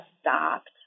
stopped